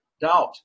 doubt